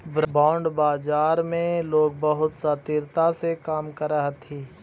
bond बाजार में लोग बहुत शातिरता से काम करऽ हथी